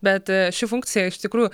bet ši funkcija iš tikrųjų